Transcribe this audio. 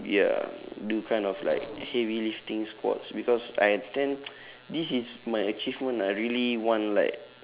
ya do kind of like heavy lifting squats because I tend this is my achievement ah I really want like